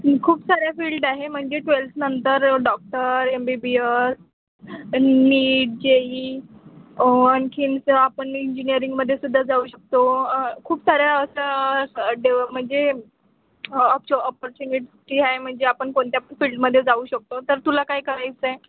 खूप साऱ्या फील्ड आहे म्हणजे ट्वेल्थनंतर doctor M B B S NEET J E आणखीनच आपण इंजिनिअरिंगमध्ये सुद्धा जाऊ शकतो खूप साऱ्या असं असं डेव म्हणजे अपच अपॉर्च्युनिट्टी आहे म्हणजे आपण कोणत्या पण फील्डमध्ये जाऊ शकतो तर तुला काय करायचं आहे